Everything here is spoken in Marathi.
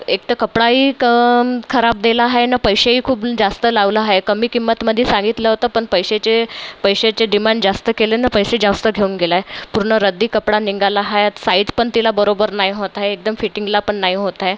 एकतर कपडाही क खराब देला आहे आणि पैसेही खूप जास्त लावलं आहे कमी किंमतमदी सागितलं होत पण पैसे चे पैसेचे डिमान जास्त केले ना पैसे जास्त घेऊन गेला आहे पूर्ण रद्दी कपडा निघाला आहे साईज पण तिला बरोबर नाही होत आहे एकदम फिटींगलापण नाही होत आहे